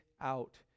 out